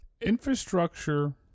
Infrastructure